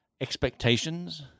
expectations